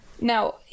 Now